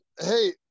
Hey